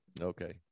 okay